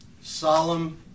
solemn